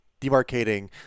demarcating